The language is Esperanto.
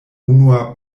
unua